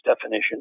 definition